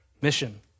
mission